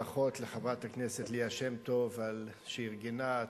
ברכות לחברת הכנסת ליה שמטוב על שארגנה,